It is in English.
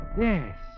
Yes